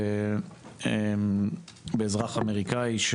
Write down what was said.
היה אזרח אמריקאי.